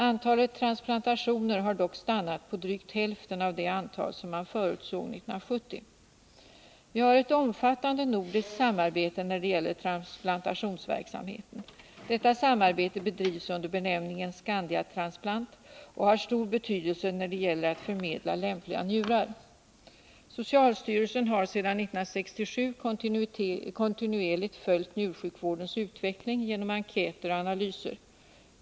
Antalet transplantationer har dock stannat på drygt hälften av det antal som man förutsåg 1970. Vi har ett omfattande nordiskt samarbete när det gäller transplantationsverksamheten. Detta samarbete bedrivs under benämningen Scandiatransplant och har stor betydelse när det gäller att förmedla lämpliga njurar. Socialstyrelsen har sedan 1967 kontinuerligt följt njursjukvårdens utveckling genom enkäter och analyser.